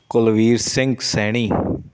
Kulveer Singh Saini